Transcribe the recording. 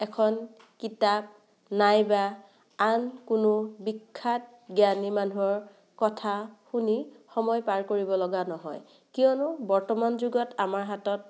এখন কিতাপ নাইবা আন কোনো বিখ্যাত জ্ঞানী মানুহৰ কথা শুনি সময় পাৰ কৰিবলগা নহয় কিয়নো বৰ্তমান যুগত আমাৰ হাতত